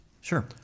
Sure